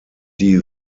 die